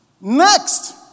Next